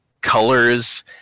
colors